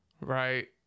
right